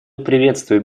приветствуем